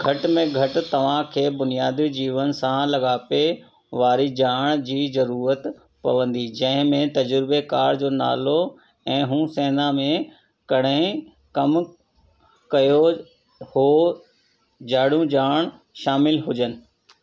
घटि में घटि तव्हांखे बुनियादी जीवन सां लाॻापे वारी ॼाण जी ज़रूरत पवंदी जंहिंमें तजुर्बेकार जो नालो ऐं हू सेना में कॾहिं कमु कयो हो जहिड़ियूं ॼाण शामिलु हुजनि